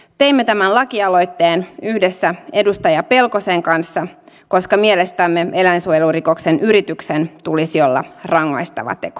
teimme tämän lakialoitteen yhdessä edustaja pelkosen kanssa koska mielestämme eläinsuojelurikoksen yrityksen tulisi olla rangaistava teko